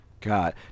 God